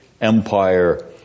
empire